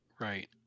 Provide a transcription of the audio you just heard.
Right